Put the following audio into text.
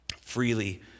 Freely